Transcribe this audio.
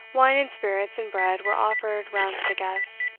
wine and spirits and bread were offered round to the guests.